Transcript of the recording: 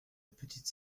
petite